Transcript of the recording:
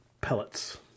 pellets